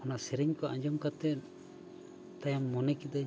ᱚᱱᱟ ᱥᱮᱨᱮᱧ ᱠᱚ ᱟᱸᱡᱚᱢ ᱠᱟᱛᱮᱫ ᱛᱟᱭᱚᱢ ᱢᱚᱱᱮ ᱠᱤᱫᱟᱹᱧ